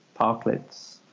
parklets